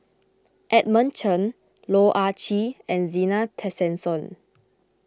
Edmund Chen Loh Ah Chee and Zena Tessensohn